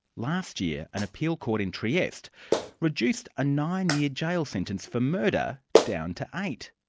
last year an appeal court in trieste reduced a nine-year jail sentence for murder down to eight.